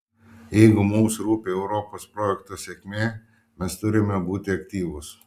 jeigu mums rūpi europos projekto sėkmė mes turime būti aktyvūs